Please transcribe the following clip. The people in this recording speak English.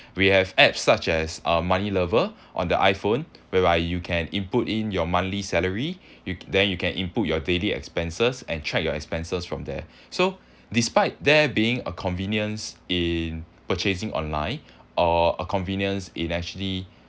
we have apps such as uh money lover on the iphone whereby you can input in your monthly salary you then you can input your daily expenses and check your expenses from there so despite there being a convenience in purchasing online or a convenience in actually